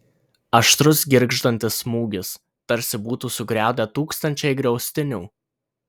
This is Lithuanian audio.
aštrus girgždantis smūgis tarsi būtų sugriaudę tūkstančiai griaustinių